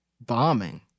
bombing